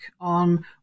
on